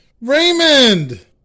Raymond